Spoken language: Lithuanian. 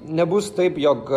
nebus taip jog